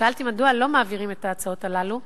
שאלתי, מדוע לא מעבירים את ההצעות הללו?